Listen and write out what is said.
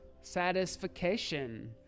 satisfaction